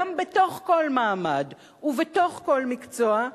גם בתוך כל מעמד ובתוך כל מקצוע,